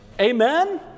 Amen